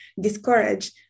discourage